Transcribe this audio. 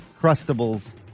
crustables